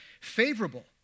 favorable